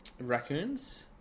Raccoons